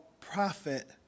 prophet